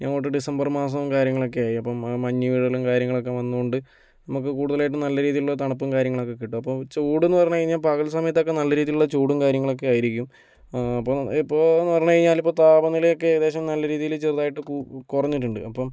ഇനി അങ്ങോട്ട് ഡിസംബർ മാസവും കാര്യങ്ങളൊക്കെയായി അപ്പം മഞ്ഞ് വീഴലും കാര്യങ്ങളൊക്കെ വന്നതുകൊണ്ട് നമുക്ക് കൂടുതലായിട്ടും നല്ല രീതിയിലുള്ള തണുപ്പും കാര്യങ്ങളൊക്കെ കിട്ടും അപ്പോൾ ചൂടെന്നു പറഞ്ഞു കഴിഞ്ഞാൽ പകൽ സമയത്തൊക്കെ നല്ല രീതിയിലുള്ള ചൂടും കാര്യങ്ങളൊക്കെ ആയിരിക്കും അപ്പോൾ ഇപ്പോളെന്നു പറഞ്ഞു കഴിഞ്ഞാൽ ഇപ്പം താപനിലയൊക്കെ ഏകദേശം നല്ല രീതിയിൽ ചെറുതായിട്ട് കൂ കുറഞ്ഞിട്ടുണ്ട് അപ്പം